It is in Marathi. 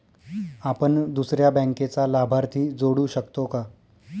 आपण दुसऱ्या बँकेचा लाभार्थी जोडू शकतो का?